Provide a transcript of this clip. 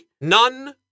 None